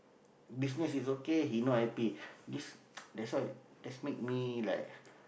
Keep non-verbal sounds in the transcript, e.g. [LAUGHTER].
business is okay he not happy this [NOISE] that's why that's make me like